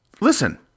Listen